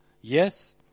Yes